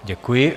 Děkuji.